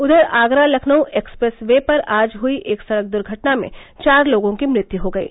उधर Agra Lucknow expressway पर आज हुई एक सड़क दुर्घटना में चार लोगों की मृत्यु हो गयी